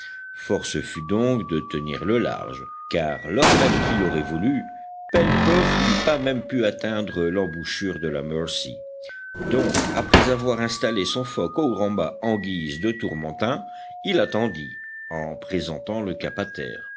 force fut donc de tenir le large car lors même qu'il l'aurait voulu pencroff n'eût pas même pu atteindre l'embouchure de la mercy donc après avoir installé son foc au grand mât en guise de tourmentin il attendit en présentant le cap à terre